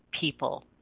people